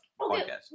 podcast